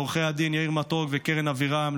לעורכי הדין יאיר מתוק וקרן אבירם,